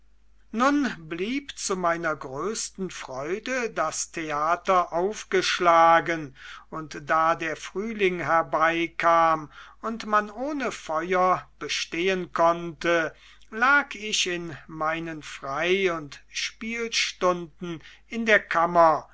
nun blieb zu meiner größten freude das theater aufgeschlagen und da der frühling herbeikam und man ohne feuer bestehen konnte lag ich in meinen frei und spielstunden in der kammer